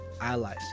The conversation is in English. allies